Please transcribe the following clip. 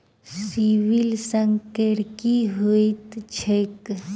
CIBIL score की होइत छैक?